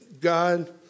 God